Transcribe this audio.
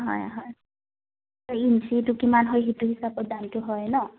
হয় হয় ইঞ্চিটো কিমান হয় সেইটো হিচাপত দামটো হয় ন